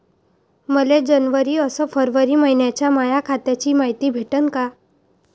मले जनवरी अस फरवरी मइन्याची माया खात्याची मायती भेटन का?